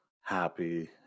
happy